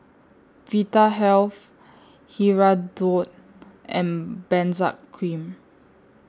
Vitahealth Hirudoid and Benzac Cream